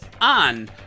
on